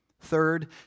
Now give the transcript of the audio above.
Third